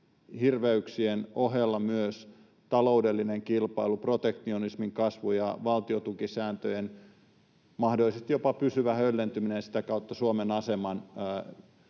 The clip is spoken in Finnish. hirveyksien ohella myös taloudellinen kilpailu, protektionismin kasvu ja valtiontukisääntöjen mahdollisesti jopa pysyvä höllentyminen ja sitä kautta Suomen aseman, sanotaan